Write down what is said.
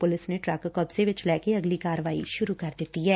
police ਨੇ truck ਕਬਜ਼ੇ 'ਚ ਲੈ ਕੇ ਅਗਲੀ ਕਾਰਵਾਈ ਸੁਰੁ ਕਰ ਦਿੱਤੀ ਏ